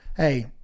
Hey